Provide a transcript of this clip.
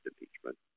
impeachment